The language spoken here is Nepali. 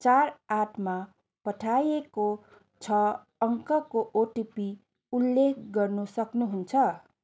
चार आठमा पठाइएको छ अङ्कको ओटिपी उल्लेख गर्नु सक्नुहुन्छ